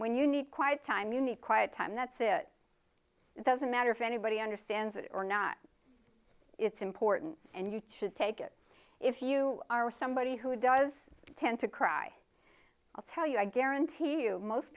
when you need quiet time you need quiet time that's it doesn't matter if anybody understands it or not it's important and you to take it if you are somebody who does tend to cry i'll tell you i guarantee you most